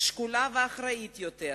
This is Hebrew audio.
שקולה ואחראית יותר,